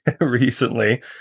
recently